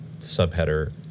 Subheader